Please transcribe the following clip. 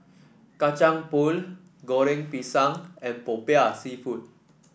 Kacang Pool Goreng Pisang and popiah seafood